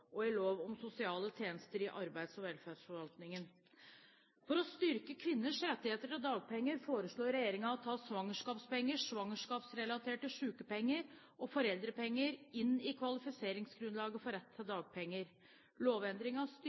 arbeidsmarkedsloven og lov om sosiale tjenester i arbeids- og velferdsforvaltningen. For å styrke kvinners rettigheter til dagpenger foreslår regjeringen å ta svangerskapspenger, svangerskapsrelaterte sykepenger og foreldrepenger inn i kvalifikasjonsgrunnlaget for rett til dagpenger.